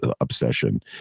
obsession